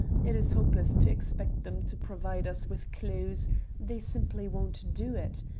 it is hopeless to expect them to provide us with clues they simply won't do it.